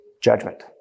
judgment